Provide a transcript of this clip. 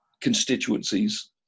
constituencies